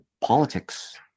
politics